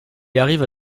arrive